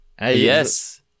Yes